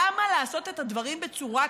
למה לעשות את הדברים בצורה כזאת?